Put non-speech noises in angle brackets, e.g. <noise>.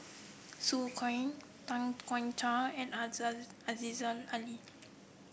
Su Guaning Tay Chong Hai and <unintelligible> Aziza Ali